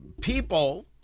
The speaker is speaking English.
people